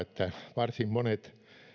varsin monet